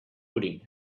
pudding